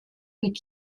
mit